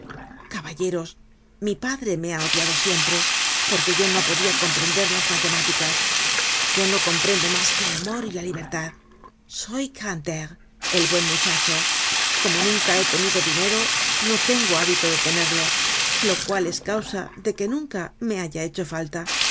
caballeros mi padre me ha odiado siempre porque yo no podia comprender las matemáticas yo no comprendo mas que el amor y la libertad soy grantaire el buen muchacho como nunca he tenido dinero no tengo hábito de tenerle lo cual es causa deque nunca me haya hecho falta